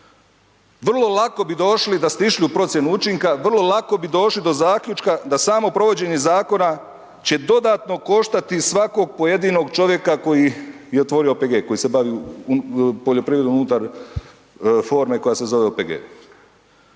Vrlo lako bi došli da ste išli u procjenu učinka, vrlo lako bi došli do zaključka da samo provođenje zakona će dodatno koštati svakog pojedinog čovjeka koji je otvorio OPG, koji se bavi poljoprivrednom unutar forme koja se zove OPG.